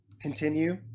continue